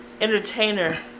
Entertainer